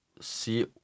see